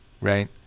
right